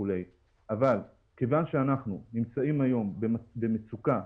אבל מכיוון שאנחנו נמצאים היום במצוקה,